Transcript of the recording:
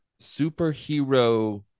superhero